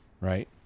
Right